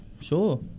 sure